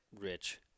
rich